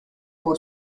por